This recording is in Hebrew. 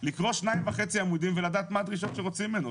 לקרוא שניים וחצי עמודים ולדעת מה הדרישות שרוצים ממנו,